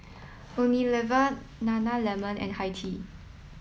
Unilever Nana lemon and Hi Tea